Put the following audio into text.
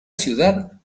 ciudad